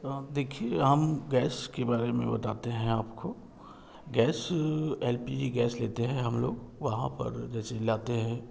देखिए हम गैस के बारे में बताते हैं आपको gas L P G gas लेते हैं हम लोग वहाँ पर जैसे लाते हैं